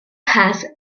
has